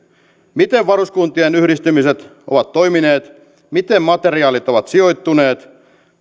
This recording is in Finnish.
miten varuskuntien yhdistymiset ovat toimineet miten materiaalit ovat sijoittuneet